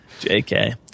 JK